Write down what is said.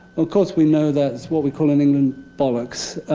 of course, we know that's what we call in england bollocks.